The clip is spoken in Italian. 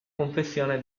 confessione